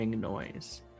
noise